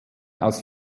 aus